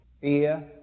fear